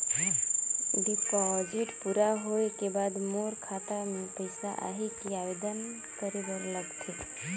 Deposit पूरा होय के बाद मोर खाता मे पइसा आही कि आवेदन करे बर लगथे?